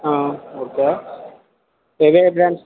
ఆ ఓకే ఏవేవి బ్రాండ్స్